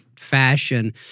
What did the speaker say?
fashion